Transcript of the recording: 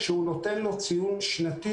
כשהוא נותן לו ציון שנתי